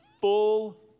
full